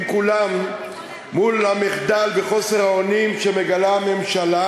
כולם מול המחדל וחוסר האונים שמגלה הממשלה,